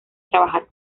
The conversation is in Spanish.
trabajar